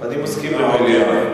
מציע מליאה.